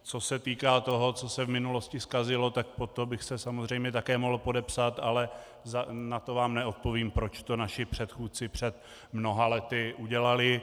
Co se týká toho, co se v minulosti zkazilo, tak pod to bych se samozřejmě také mohl podepsat, ale na to vám neodpovím, proč to naši předchůdci před mnoha lety udělali.